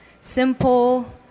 Simple